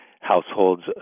households